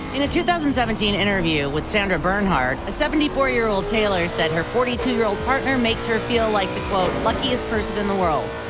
in a two thousand and seventeen interview with sandra bernhard, a seventy four year old taylor said her forty two year old partner makes her feel like the quote, luckiest person in the world.